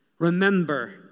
Remember